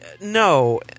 No